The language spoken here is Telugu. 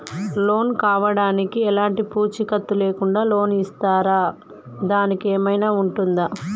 లోన్ కావడానికి ఎలాంటి పూచీకత్తు లేకుండా లోన్ ఇస్తారా దానికి ఏమైనా ఉంటుందా?